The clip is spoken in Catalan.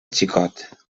xicot